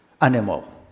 animal